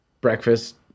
breakfast